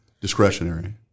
discretionary